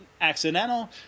Accidental